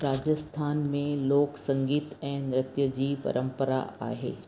राजस्थान में लोक संगीत ऐं नृत्य जी परंपरा आहे